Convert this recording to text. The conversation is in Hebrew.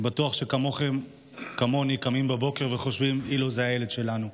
אני בטוח שכולכם כמוני קמים בבוקר וחושבים אילו זה הילד שלנו.